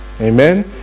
Amen